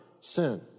sin